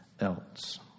else